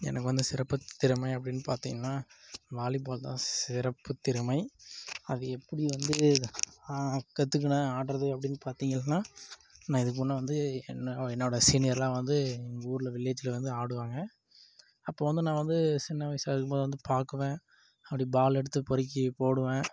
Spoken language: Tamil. எனக்கு வந்து சிறப்பு திறமை அப்படின் பார்த்திங்ன்னா வாலிபால் தான் சிறப்பு திறமை அது எப்படி வந்து கற்றுக்குனேன் ஆடுறது அப்படின்னு பார்த்திங்ன்னா நான் இதுக்கு முன்னே வந்து என்ன என்னோட சீனியரெலாம் வந்து ஊரில் வில்லேஜ்ஜில் வந்து ஆடுவாங்க அப்போது வந்து நான் வந்து சின்ன வயதா இருக்கும்போது வந்து பார்க்குவேன் அப்படி பால் எடுத்து பொறிக்கி போடுவேன்